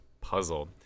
puzzle